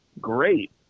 great